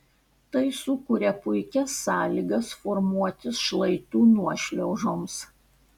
tai sukuria puikias sąlygas formuotis šlaitų nuošliaužoms